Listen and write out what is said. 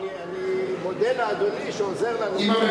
אני מודה לאדוני, שעוזר לנו קצת.